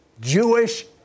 Jewish